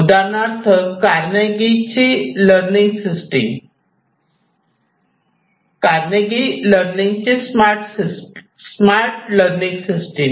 उदाहरणार्थ Carnegie learning ची smart learning system